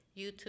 YouTube